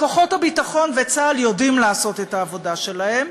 כוחות הביטחון וצה"ל יודעים לעשות את העבודה שלהם,